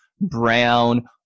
Brown